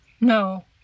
No